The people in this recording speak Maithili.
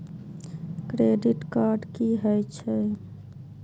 क्रेडिट कार्ड की हे छे?